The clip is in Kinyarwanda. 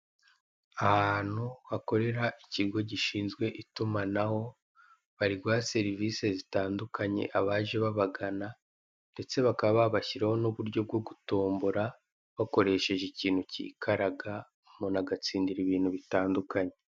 Ahantu hakorera ikigo gishinzwe itumanaho bari guha serivise zitandukanye abaje babagana ndetse bakaba babashyiriyeho n'uburyo bwo gutombora bakoresheje ikintu kikaraga umuntu agatsindira ibintu bitandukanye.